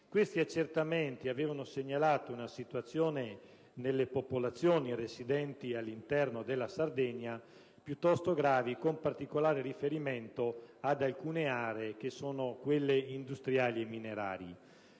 Questi accertamenti avevano segnalato una situazione nelle popolazioni residenti all'interno della Sardegna piuttosto gravi, con particolare riferimento ad alcune aree che sono quelle industriali e minerarie.